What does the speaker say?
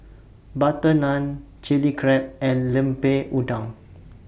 Butter Naan Chilli Crab and Lemper Udang